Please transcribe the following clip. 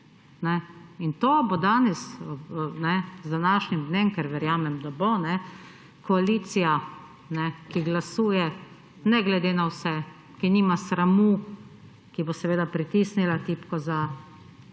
In to bo danes z današnjim dnem, ker verjamem, da bo, koalicija, ki glasuje ne glede na vse, ki nima sramu, ki bo seveda pritisnila tipko za,